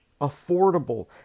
affordable